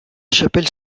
chapelle